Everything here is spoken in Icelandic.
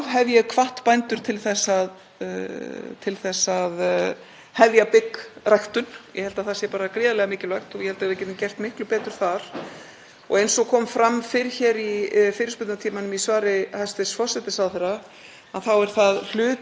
Eins og kom fram fyrr í fyrirspurnatímanum, í svari hæstv. forsætisráðherra, þá er það hluti af verkefnum þjóðaröryggisráðs að huga sérstaklega að birgðahaldi, ekki bara í matvælum heldur líka í lyfjum og eldsneyti.